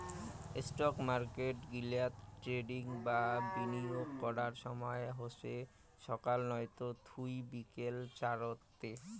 stock market গিলাতে trading বা বিনিয়োগ করার সময় হসে সকাল নয়তা থুই বিকেল চারতে